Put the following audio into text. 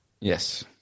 Yes